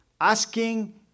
asking